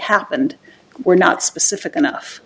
happened were not specific enough